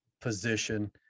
position